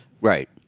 right